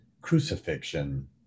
crucifixion